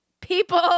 people